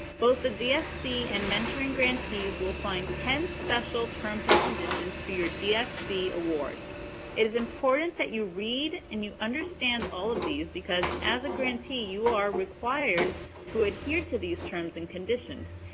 both the dfc and mentoring grantees will find ten special terms and conditions to your dfc award. it is important that you read and you understand all of these because as a grantee, you are required to adhere to these terms and conditions,